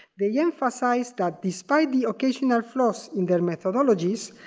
they emphasize that despite the occasional flaws in their methodologies,